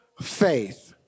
faith